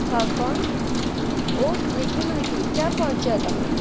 હા કોણ ઓ સ્વીગીમાંથી ક્યા પહોંચ્યા તમે